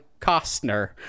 Costner